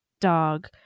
dog